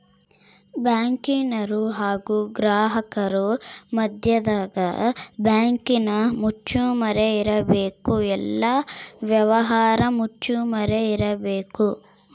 ಬ್ಯಾಂಕಿನರು ಹಾಗು ಗ್ರಾಹಕರ ಮದ್ಯದಗ ಬ್ಯಾಂಕಿನ ಮುಚ್ಚುಮರೆ ಇರಬೇಕು, ಎಲ್ಲ ವ್ಯವಹಾರ ಮುಚ್ಚುಮರೆ ಇರಬೇಕು